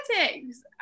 politics